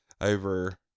over